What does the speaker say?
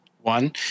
One